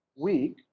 week